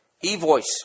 E-Voice